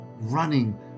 Running